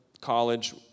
college